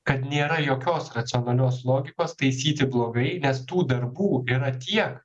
kad nėra jokios racionalios logikos taisyti blogai nes tų darbų yra tiek